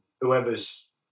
whoever's